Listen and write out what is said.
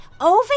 Over